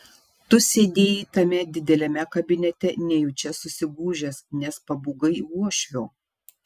tu sėdėjai tame dideliame kabinete nejučia susigūžęs nes pabūgai uošvio